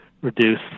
reduce